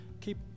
keep